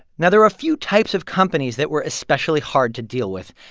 now, there are a few types of companies that were especially hard to deal with.